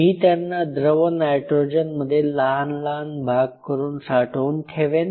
मी त्यांना द्रव नायट्रोजनमध्ये लहान लहान भाग करून साठवून ठेवेन